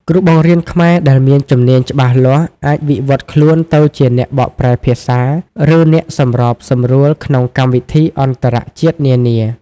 គ្រូបង្រៀនខ្មែរដែលមានជំនាញច្បាស់លាស់អាចវិវត្តខ្លួនទៅជាអ្នកបកប្រែភាសា ឬអ្នកសម្របសម្រួលក្នុងកម្មវិធីអន្តរជាតិនានា។